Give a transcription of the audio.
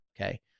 Okay